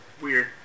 weird